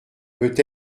peut